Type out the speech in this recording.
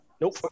nope